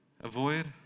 avoid